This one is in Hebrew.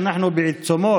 שאנחנו בעיצומו,